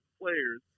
players